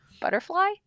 Butterfly